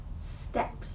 steps